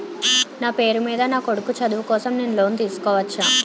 నా పేరు మీద నా కొడుకు చదువు కోసం నేను లోన్ తీసుకోవచ్చా?